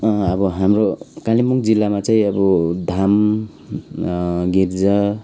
अब हाम्रो कालिम्पुङ जिल्लामा चाहिँ अब धाम गिर्जा